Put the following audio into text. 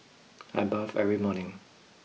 I bathe every morning